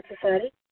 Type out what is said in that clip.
Society